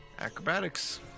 Acrobatics